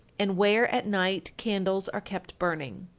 and where, at night, candles are kept burning.